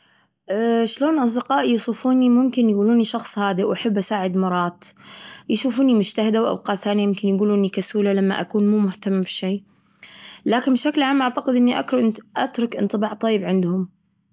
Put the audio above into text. يجولون إني طيبة وأحب أساعد، وأحيانا هادية وايد، وأحب أساعد دايما الناس الآخرين.